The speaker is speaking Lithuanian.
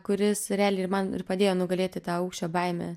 kuris realiai ir man ir padėjo nugalėti tą aukščio baimę